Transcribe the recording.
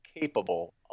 capable